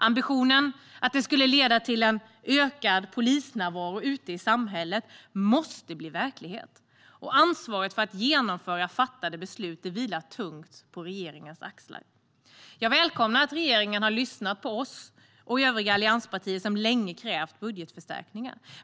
Ambitionen att den skulle leda till en ökad polisnärvaro ute i samhället måste bli verklighet. Ansvaret för att genomföra fattade beslut vilar tungt på regeringens axlar. Jag välkomnar att regeringen har lyssnat på oss och övriga allianspartier, som länge krävt budgetförstärkningar.